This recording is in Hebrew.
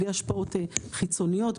בלי השפעות חיצוניות.